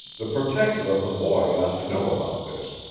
the protector of the boy ought to know about this.